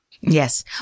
Yes